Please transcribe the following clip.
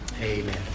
Amen